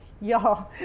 y'all